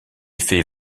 fait